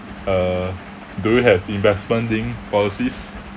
uh do you have investment linked policies